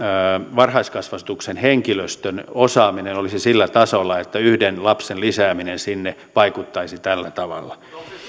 varhaiskasvatuksen henkilöstön osaaminen olisi sillä tasolla että yhden lapsen lisääminen sinne vaikuttaisi tällä tavalla